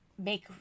Make